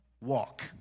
walk